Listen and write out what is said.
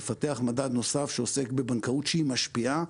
נפתח מדד נוסף שעוסק בבנקאות שהיא משפיעה,